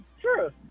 Sure